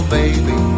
baby